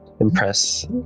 impress